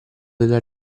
della